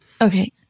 Okay